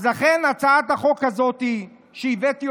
לכן הצעת החוק הזאת שהבאתי,